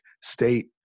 state